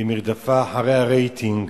במרדפה אחרי הרייטינג